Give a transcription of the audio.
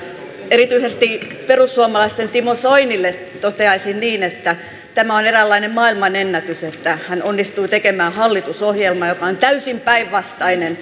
erityisesti perussuomalaisten timo soinille toteaisin niin että tämä on eräänlainen maailmanennätys että hän onnistui tekemään hallitusohjelman joka on täysin päinvastainen